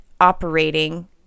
operating